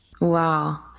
Wow